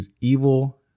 evil